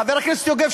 חבר הכנסת יוגב,